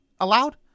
allowed